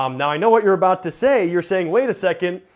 um now i know what you're about to say, you're saying, wait a second,